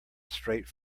straight